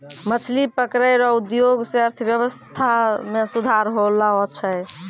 मछली पकड़ै रो उद्योग से अर्थव्यबस्था मे सुधार होलो छै